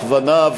הכוונה,